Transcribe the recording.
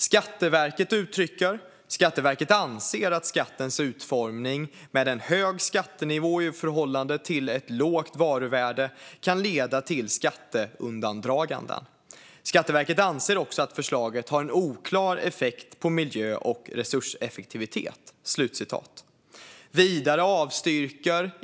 Skatteverket uttrycker att man "anser att skattens utformning med en hög skattenivå i förhållande till ett lågt varuvärde kan leda till skatteundandraganden. Skatteverket anser också att förslaget har en oklar effekt på miljö och resurseffektivitet."